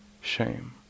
shame